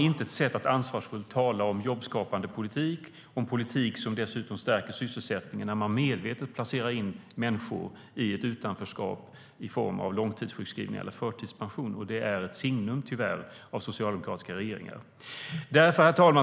Det är inte ett ansvarsfullt sätt att tala om jobbskapande politik som dessutom stärker sysselsättningen när man medvetet placerar in människor i ett utanförskap i form av långtidssjukskrivningar eller förtidspension. Det är tyvärr ett signum för socialdemokratiska regeringar. Herr talman!